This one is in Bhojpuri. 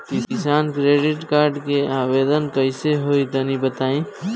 किसान क्रेडिट कार्ड के आवेदन कईसे होई तनि बताई?